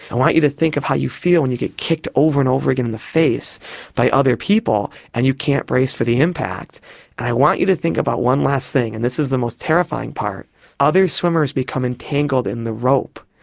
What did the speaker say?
i want you to think of how you feel when and you get kicked over and over again in the face by other people and you can't brace for the impact. and i want you think about one last thing, and this is the most terrifying part other swimmers become entangled in the rope,